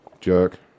Jerk